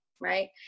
right